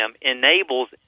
enables